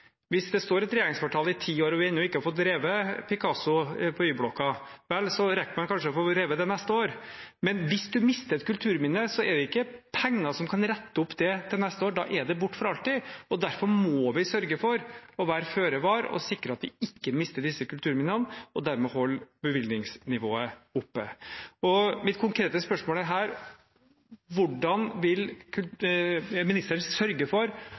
Hvis det står et regjeringskvartal i ti år, og vi ennå ikke har fått revet Picasso på Y-blokka, vel, så rekker man kanskje å få revet det neste år. Men hvis man mister et kulturminne, er det ikke penger som kan rette opp det til neste år, da er det borte for alltid. Derfor må vi sørge for å være føre var og holde bevilgningsnivået oppe, og dermed sikre at vi ikke mister disse kulturminnene. Mitt konkrete spørsmål er her: Hvordan vil ministeren sørge for at dette gjennomføres, og hvordan vil han også sørge for